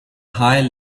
high